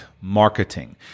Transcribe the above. marketing